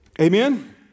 Amen